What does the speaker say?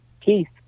Keith